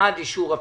אושרה.